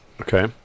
Okay